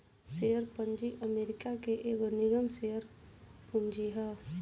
share पूंजी America के एगो निगम के शेयर पूंजी ह